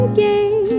game